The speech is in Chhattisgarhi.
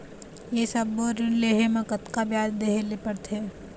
ये सब्बो ऋण लहे मा कतका ब्याज देहें ले पड़ते?